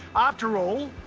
after all,